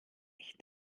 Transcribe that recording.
nicht